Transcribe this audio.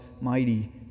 mighty